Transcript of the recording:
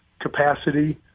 capacity